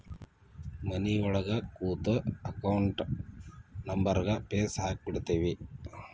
ಮನಿಯೊಳಗ ಕೂತು ಅಕೌಂಟ್ ನಂಬರ್ಗ್ ಫೇಸ್ ಹಾಕಿಬಿಡ್ತಿವಿ